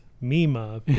mima